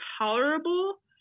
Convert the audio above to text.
tolerable